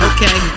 Okay